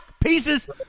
pieces